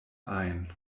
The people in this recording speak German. ein